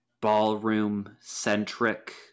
ballroom-centric